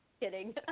Kidding